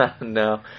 No